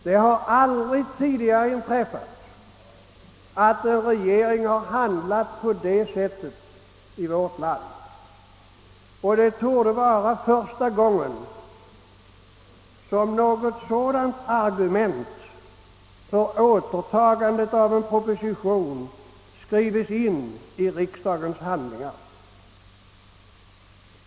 Det har aldrig inträffat tidigare att en regering i vårt land har handlat på det sättet, och det torde vara första gången som ett sådant motiv för återtagande av en proposition skrivits in i riksdagens handlingar.